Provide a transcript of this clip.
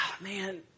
man